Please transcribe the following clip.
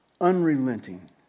unrelenting